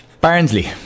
Barnsley